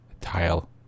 Tile